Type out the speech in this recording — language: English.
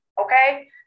okay